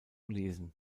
lesen